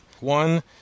one